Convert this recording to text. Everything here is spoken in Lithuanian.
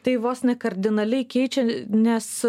tai vos ne kardinaliai keičia nes